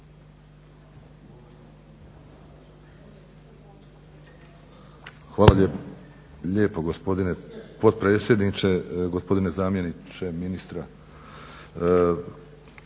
Hvala lijepo gospodine potpredsjedniče. Gospodine zamjeniče ministra.